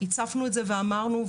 הצפנו את זה ואמרנו,